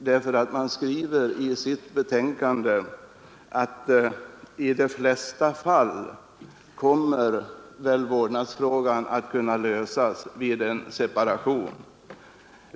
Utredningen skriver nämligen i sitt betänkande att vårdnadsfrågan väl i de flesta fall kommer att kunna lösas vid en separation.